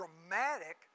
dramatic